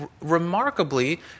remarkably